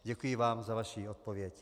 Děkuji vám za vaši odpověď.